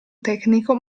tecnico